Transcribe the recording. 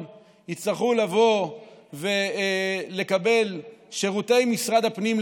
יצטרכו לבוא ולקבל את שירותי משרד הפנים,